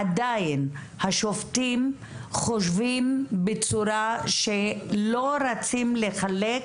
עדיין השופטים חושבים בצורה שלא רצים לחלק